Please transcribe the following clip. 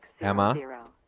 Emma